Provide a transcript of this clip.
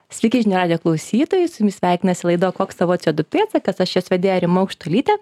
sveiki žinių radijo klausytojai su jumis sveikinasi laida koks tavo c o du pėdsakas aš jos vedėja rima aukštuolytė